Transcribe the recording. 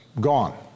gone